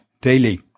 daily